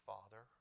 Father